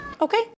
Okay